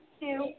two